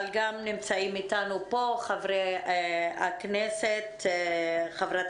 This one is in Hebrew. נמצאים אתנו פה גם חברי הכנסת חברת